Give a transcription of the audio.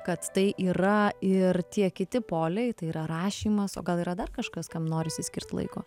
kad tai yra ir tie kiti poliai tai yra rašymas o gal yra dar kažkas kam norisi skirt laiko